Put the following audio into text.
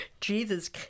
Jesus